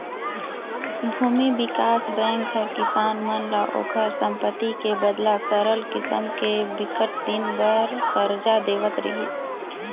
भूमि बिकास बेंक ह किसान मन ल ओखर संपत्ति के बदला सरल किसम ले बिकट दिन बर करजा देवत रिहिस